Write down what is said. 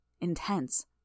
intense